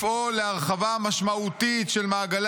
לפעול להרחבה משמעותית של מעגלי